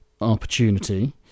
opportunity